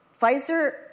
Pfizer